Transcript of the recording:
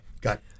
Got